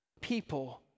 people